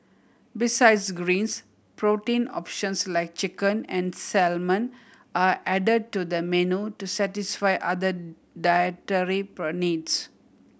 besides greens protein options like chicken and salmon are added to the menu to satisfy other dietary per needs